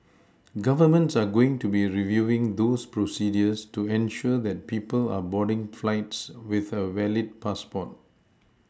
Governments are going to be reviewing those procedures to ensure that people are boarding flights with a valid passport